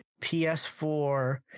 ps4